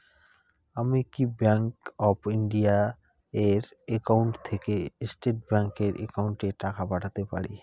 আমি কি bank of India এর একাউন্ট থেকে স্টেট ব্যাংক এর একাউন্টে টাকা পাঠাতে পারি?